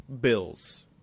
Bills